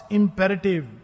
imperative